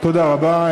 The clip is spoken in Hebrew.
תודה רבה.